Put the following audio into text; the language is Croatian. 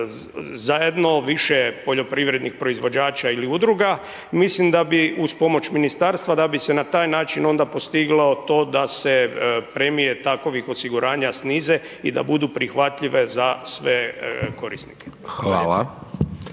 zajedno više poljoprivrednih proizvođača ili udruga. Mislim da bi uz pomoć ministarstva, da bi se na taj način onda postiglo to da se premije takovih osiguranja snize i da budu prihvatljive za sve korisnike. **Hajdaš